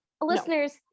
listeners